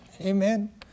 Amen